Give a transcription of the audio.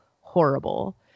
horrible